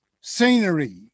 scenery